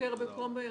מי נגד?